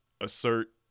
assert